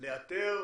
לאתר